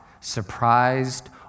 surprised